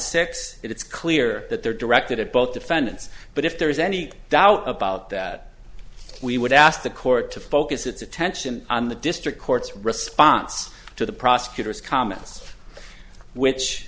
six it's clear that they're directed at both defendants but if there is any doubt about that we would ask the court to focus its attention on the district court's response to the prosecutor's comments which